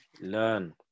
learn